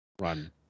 Run